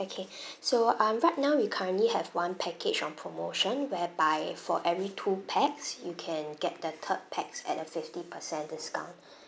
okay so um right now we currently have one package on promotion whereby for every two pax you can get the third pax at a fifty percent discount